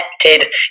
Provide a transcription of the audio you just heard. connected